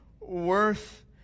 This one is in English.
worth